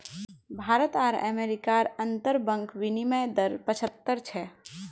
भारत आर अमेरिकार अंतर्बंक विनिमय दर पचाह्त्तर छे